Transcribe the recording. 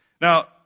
Now